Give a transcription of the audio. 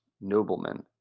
noblemen